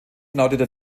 lautete